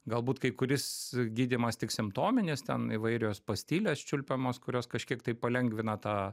galbūt kai kuris gydymas tik simptominis ten įvairios pastilės čiulpiamos kurios kažkiek tai palengvina tą